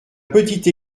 petite